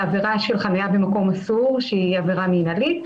עבירה של חניה במקום אסור שהיא עבירה מינהלית,